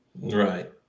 Right